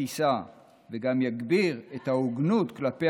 בטיסה וגם יגביר את ההוגנות כלפי